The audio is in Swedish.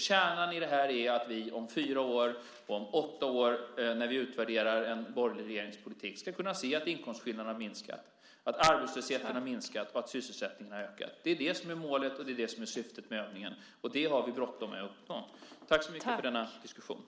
Kärnan i detta är att vi om fyra år, om åtta år, när vi utvärderar en borgerlig regeringspolitik, ska kunna se att inkomstskillnaderna minskat, att arbetslösheten minskat och att sysselsättningen ökat. Det är målet och syftet med övningen. Och det har vi bråttom med att uppnå.